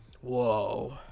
Whoa